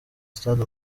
stade